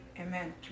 Amen